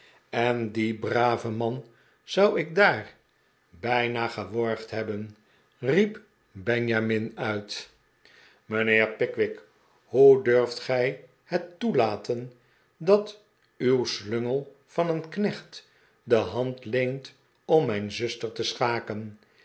en dien bra ven man zou ik daar bijna geworgd hebben riep benjamin uit mijnheer pickwick hoe durft gij het toelate n dat uw slungel van een knecht de hand leent om mijn zuster te schaken